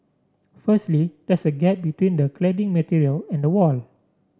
firstly there's a gap between the cladding material and wall